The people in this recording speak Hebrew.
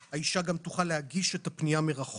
האישה גם תוכל להגיש את הפניה מרחוק,